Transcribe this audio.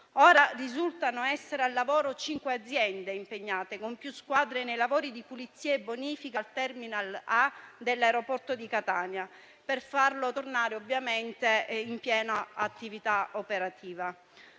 Ora risultano essere al lavoro cinque aziende, impegnate con più squadre nei lavori di pulizia e bonifica al *terminal* A dell'aeroporto di Catania, per farlo tornare in piena attività operativa.